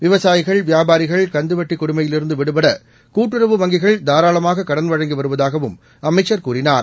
விவசாயிகள் வியாபாரிகள் கந்துவட்டி கொடுமையிலிருந்து விடுபட கூட்டுறவு வங்கிகள் தாராளமாக கடன் வழங்கி வருவதாகவும் அமைச்சர் கூறினார்